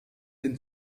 den